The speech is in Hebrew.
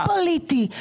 לא פוליטי,